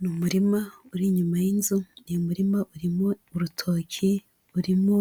Ni umurima uri inyuma y'inzu, uyu murima urimo urutoki, urimo